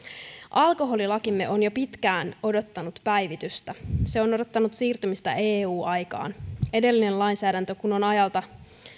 alkoholilakimme on jo pitkään odottanut päivitystä se on odottanut siirtymistä eu aikaan edellinen lainsäädäntö kun on ajalta